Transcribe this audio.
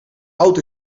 oud